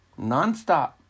nonstop